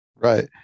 Right